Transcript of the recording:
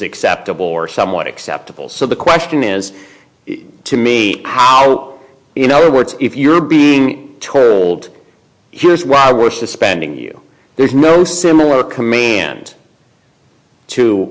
acceptable or somewhat acceptable so the question is to me how you know the words if you're being told here's why we're suspending you there's no similar command to